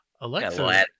Alexa